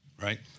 Right